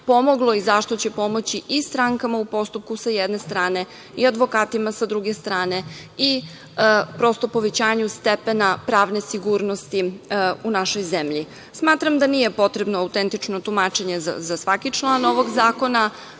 i zašto će pomoći i strankama u postupku, sa jedne strane, i advokatima sa druge strane. Prosto, povećanju stepena pravne sigurnosti u našoj zemlji. Smatram da nije potrebno autentično tumačenje za svaki član ovog zakona.